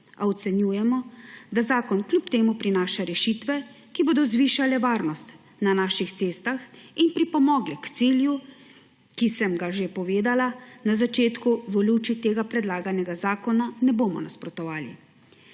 a ocenjujemo, da zakon kljub temu prinaša rešitve, ki bodo zvišale varnost na naših cestah in pripomogle k cilju, ki sem ga že povedala na začetku. V luči tega predlaganemu zakonu ne bomo nasprotovali.